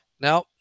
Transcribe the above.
Now